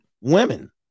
women